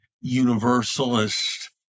universalist